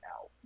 out